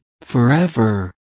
forever